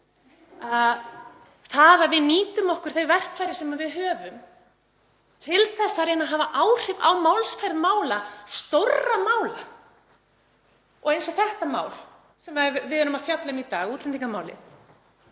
Það að við nýtum okkur þau verkfæri sem við höfum til þess að reyna að hafa áhrif á málsmeðferð stórra mála — eins og málsins sem við erum að fjalla um í dag, útlendingamálsins,